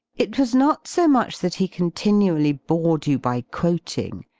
it was not so much that he continually bored you by quoting,